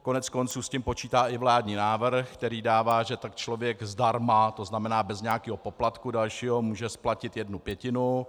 Koneckonců s tím počítá i vládní návrh, který dává, že tak člověk zdarma, to znamená bez nějakého poplatku dalšího, může splatit jednu pětinu.